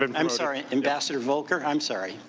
i'm i'm sorry, ambassador volker. i'm sorry,